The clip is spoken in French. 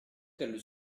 qu’elles